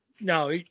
no